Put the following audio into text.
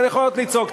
אתן יכולות לצעוק.